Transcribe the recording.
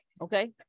okay